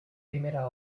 primera